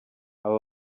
aba